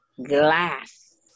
glass